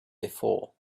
before